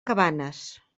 cabanes